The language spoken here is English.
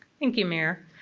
thank you mayor,